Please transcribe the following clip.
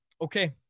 Okay